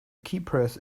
keypress